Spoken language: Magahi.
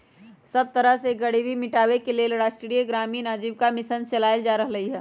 सब तरह से गरीबी मिटाबे के लेल राष्ट्रीय ग्रामीण आजीविका मिशन चलाएल जा रहलई ह